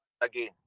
again